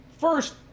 first